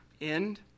end